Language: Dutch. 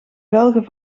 velgen